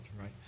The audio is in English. right